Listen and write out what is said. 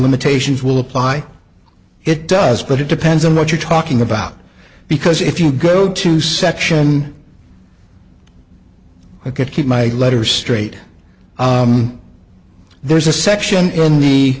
limitations will apply it does but it depends on what you're talking about because if you go to section i could keep my letter straight there is a section in the